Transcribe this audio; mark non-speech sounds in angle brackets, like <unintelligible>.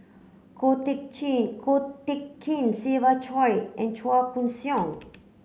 Ko Teck <unintelligible> Ko Teck Kin Siva Choy and Chua Koon Siong